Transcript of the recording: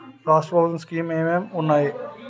రాష్ట్రం ప్రభుత్వ స్కీమ్స్ ఎం ఎం ఉన్నాయి?